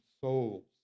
souls